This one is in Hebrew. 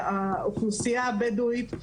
שהאוכלוסייה הבדואית,